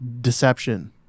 deception